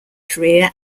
career